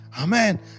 Amen